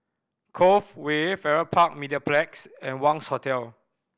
Cove Way Farrer Park Mediplex and Wangz Hotel